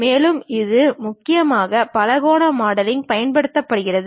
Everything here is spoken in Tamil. மேலும் இது முக்கியமாக பலகோண மாடலிங் பயன்படுத்துகிறது